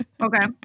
Okay